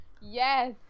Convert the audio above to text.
Yes